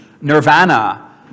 nirvana